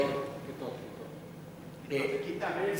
תבדוק את זה, זה